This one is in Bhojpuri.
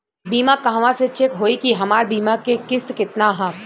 बीमा कहवा से चेक होयी की हमार बीमा के किस्त केतना ह?